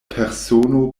persono